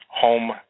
home